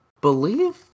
believe